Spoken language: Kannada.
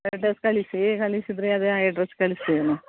ಅಡ್ರೆಸ್ ಕಳಿಸಿ ಕಳಿಸಿದರೆ ಅದೆ ಅಡ್ರೆಸ್ಗೆ ಕಳಿಸ್ತೀವಿ ನಾವು